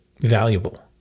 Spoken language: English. valuable